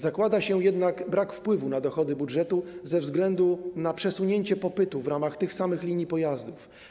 Zakłada się jednak brak wpływu na dochody budżetu ze względu na przesunięcie popytu w ramach tych samych linii pojazdów.